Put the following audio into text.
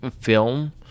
film